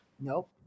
Nope